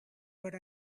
what